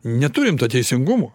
neturim to teisingumo